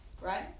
right